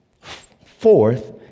Fourth